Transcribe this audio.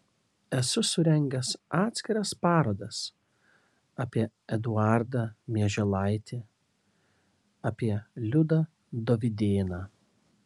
esu surengęs atskiras parodas apie eduardą mieželaitį apie liudą dovydėną